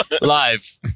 Live